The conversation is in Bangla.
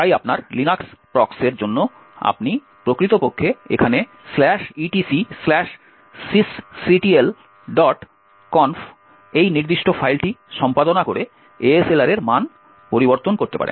তাই আপনার linux procs এর জন্য আপনি প্রকৃতপক্ষে এখানে etcsysctlconf এই নির্দিষ্ট ফাইলটি সম্পাদনা করে ASLR এর মান পরিবর্তন করতে পারেন